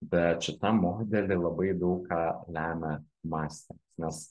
bet šitam modely labai daug ką lemia mąstymas nes